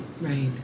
Right